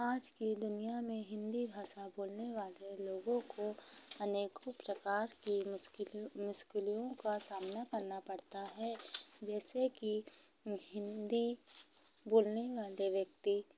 आज की दुनिया में हिंदी भाषा बोलने वाले लोगों को अनेकों प्रकार की मुश्किल मुश्किलों का सामना करना पड़ता है जैसे की हिंदी बोलने वाले व्यक्ति